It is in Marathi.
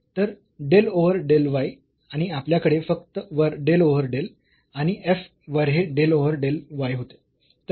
तर डेल ओव्हर डेल y आणि आपल्याकडे फक्त वर डेल ओव्हर डेल आणि f वर हे डेल ओव्हर डेल y होते